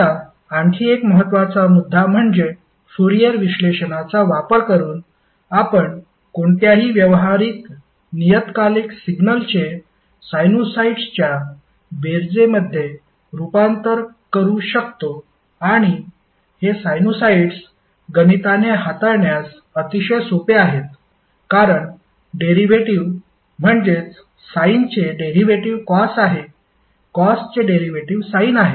आता आणखी एक महत्त्वाचा मुद्दा म्हणजे फूरियर विश्लेषणाचा वापर करून आपण कोणत्याही व्यावहारिक नियतकालिक सिग्नलचे साइनुसॉईड्सच्या बेरजेमध्ये रुपांतर करू शकतो आणि हे साइनुसॉईड्स गणिताने हाताळण्यास अतिशय सोपे आहेत कारण डेरिव्हेटिव्ह म्हणजेच साइन चे डेरिव्हेटिव्ह कॉस आहे कॉसचे डेरिव्हेटिव्ह साइन आहे